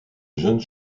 jeunes